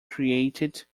created